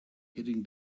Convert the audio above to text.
hitting